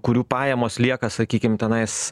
kurių pajamos lieka sakykim tenais